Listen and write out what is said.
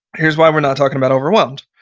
here's why we're not talking about overwhelmed.